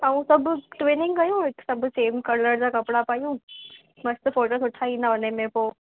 ऐं सभु ट्विनिंग कयूं सभु सेम कलर जा कपिड़ा पायूं मस्तु फोटो सुठा ईंदा उन में पोइ